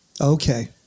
Okay